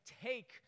take